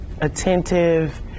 attentive